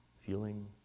feeling